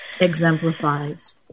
exemplifies